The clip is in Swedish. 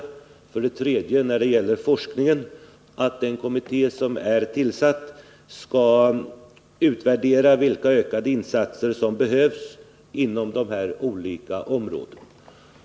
För det tredje: När det gäller forskning skall den kommitté som är tillsatt utvärdera vilka ökade insatser som behövs inom de här olika områdena.